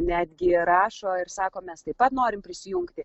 netgi rašo ir sako mes taip pat norim prisijungti